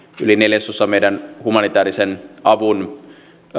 yli neljäsosa meidän humanitäärisen avun